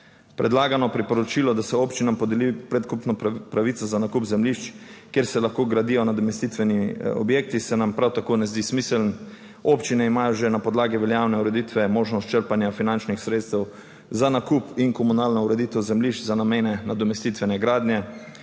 Predlagano priporočilo, da se občinam podeli predkupno pravico za nakup zemljišč, kjer se lahko gradijo nadomestitveni objekti se nam prav tako ne zdi smiselno. Občine imajo že na podlagi veljavne ureditve možnost črpanja finančnih sredstev za nakup in komunalna ureditev zemljišč za namene nadomestitvene gradnje.